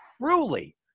truly